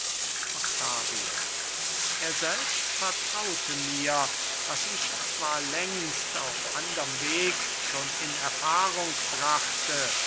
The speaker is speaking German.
octavio er selbst vertraute mir was ich zwar längst auf anderm weg schon in erfahrung brachte